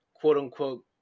quote-unquote